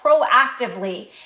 proactively